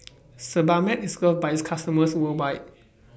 Sebamed IS loved By its customers worldwide